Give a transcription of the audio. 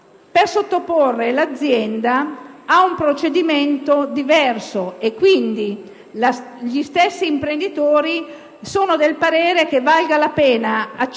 a sottoporre l'azienda ad un procedimento diverso; quindi, gli stessi imprenditori sono del parere che valga la pena accertare